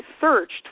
searched